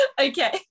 Okay